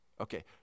Okay